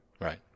Right